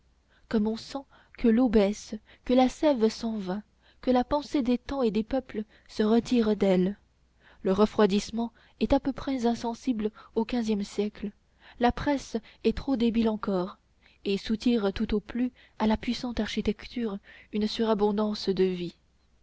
comme on sent que l'eau baisse que la sève s'en va que la pensée des temps et des peuples se retire d'elle le refroidissement est à peu près insensible au quinzième siècle la presse est trop débile encore et soutire tout au plus à la puissante architecture une surabondance de vie